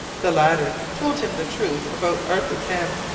the latter told him the truth about arthur pym.